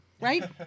right